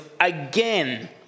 again